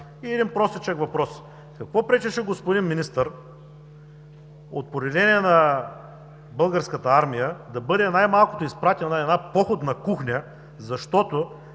И един простичък въпрос: какво пречеше, господин Министър, от поделение на Българската армия да бъде най-малкото изпратена една походна кухня, защото